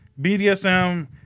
BDSM